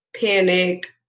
panic